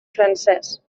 francès